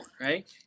right